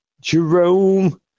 Jerome